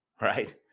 Right